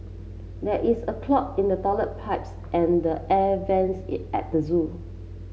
there is a clog in the toilet pipes and air vents it at the zoo